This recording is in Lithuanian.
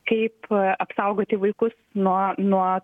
kaip apsaugoti vaikus nuo nuo